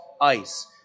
ice